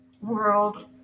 world